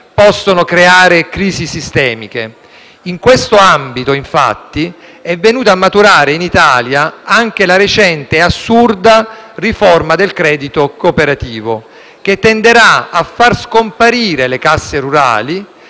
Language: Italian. In questo ambito, infatti, è venuta a maturare in Italia anche la recente e assurda riforma del credito cooperativo, che tenderà a far scomparire le casse rurali,